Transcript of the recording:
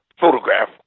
photograph